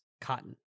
Cotton